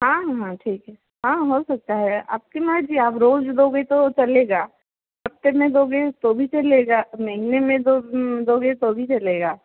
हाँ हाँ ठीक है हाँ हो सकता है आपकी मर्ज़ी आप रोज दोगे तो चलेगा हफ़्ते में दोगे तो भी चलेगा महीने में दो दोगे तो भी चलेगा